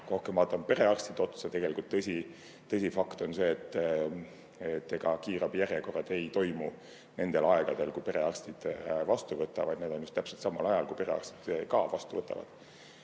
rohkem vaatama perearstide otsa. Tõsi, fakt on see, et ega kiirabi järjekorrad ei teki nendel aegadel, kui perearstid vastu võtavad. Need on just täpselt samal ajal, kui perearstid ka vastu võtavad.